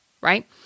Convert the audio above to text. Right